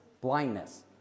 blindness